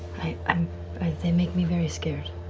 um they make me very scared.